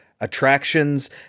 attractions